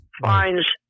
Fines